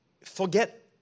Forget